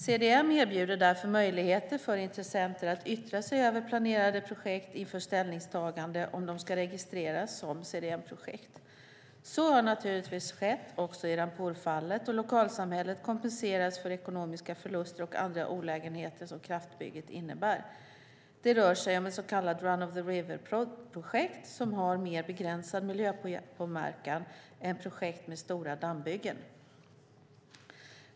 CDM erbjuder därför möjligheter för intressenter att yttra sig över planerade projekt inför ställningstagande om de ska registreras som CDM-projekt. Så har naturligtvis skett också i Rampurfallet och lokalsamhället kompenseras för ekonomiska förluster och andra olägenheter som kraftbygget innebär. Det rör sig om ett så kallat run of the river projekt som har mer begränsad miljöpåverkan än projekt med stora dammbyggen.